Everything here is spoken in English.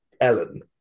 ellen